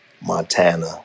Montana